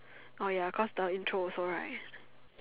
orh ya cause the intro also right